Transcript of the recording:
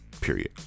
Period